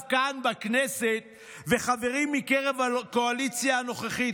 כאן בכנסת וחברים מקרב הקואליציה הנוכחית,